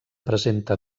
presenta